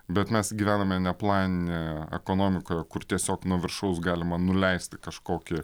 bet mes gyvename ne planine ekonomikoje kur tiesiog nuo viršaus galima nuleisti kažkokį